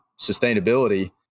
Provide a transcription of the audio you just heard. sustainability